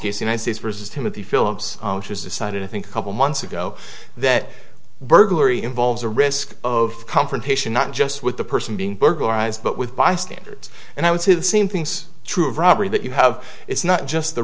case united states versus timothy philips decided i think a couple months ago that burglary involves a risk of confrontation not just with the person being burglarized but with bystanders and i would say the same things true of robbery that you have it's not just the